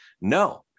no